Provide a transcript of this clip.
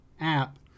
app